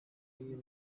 y’iyo